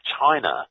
China